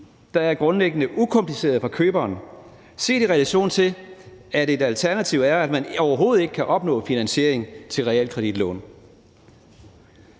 det er grundlæggende ukompliceret for køberen, set i relation til at et alternativ er, at man overhovedet ikke kan opnå finansiering til realkreditlån.